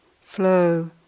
flow